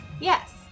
Yes